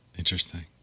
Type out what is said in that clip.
Interesting